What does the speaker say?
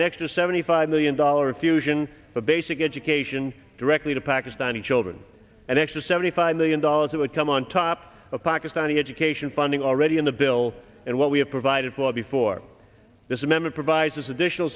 an extra seventy five million dollars fusion for basic education directly to pakistani children and actually seventy five million dollars that would come on top of pakistani education funding already in the bill and what we have provided for before this amendment provides additional